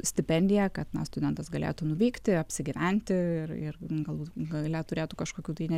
stipendiją kad na studentas galėtų nuvykti apsigyventi ir ir galu gale turėtų kažkokių tai ne